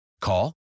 Call